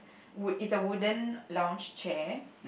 wood it's a wooden lounge chair